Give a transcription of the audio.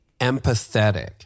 empathetic